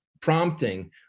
prompting